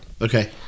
Okay